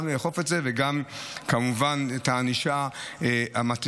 לאכוף את זה וגם כמובן את הענישה המתאימה.